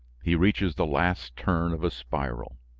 he reaches the last turn of a spiral.